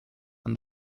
and